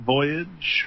Voyage